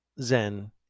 Zen